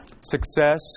success